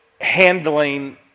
handling